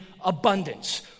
abundance